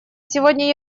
сегодня